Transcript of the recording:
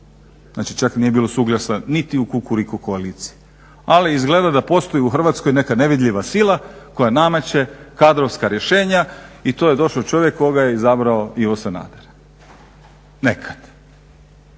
Znači čak nije bilo suglasja niti u kukuriku koaliciji. Ali izgleda da postoji u Hrvatskoj neka nevidljiva sila koja nameće kadrovska rješenja i to je došao čovjek koga je izabrao Ivo Sanader. Nekad.